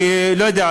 לא יודע,